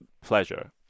pleasure